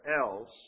else